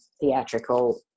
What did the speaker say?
theatrical